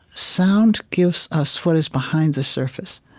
sound gives us what is behind the surface.